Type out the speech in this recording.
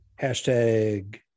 Hashtag